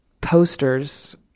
posters